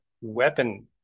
weapon